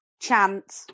chant